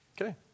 Okay